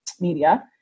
media